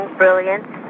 brilliance